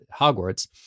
Hogwarts